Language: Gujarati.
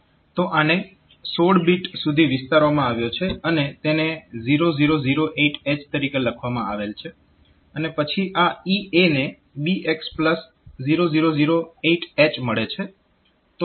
તો આને 16 બીટ સુધી વિસ્તારવામાં આવ્યો છે અને તેને 0008H તરીકે લખવામાં આવેલ છે અને પછી આ EA ને BX0008H મળે છે